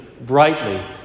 brightly